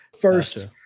first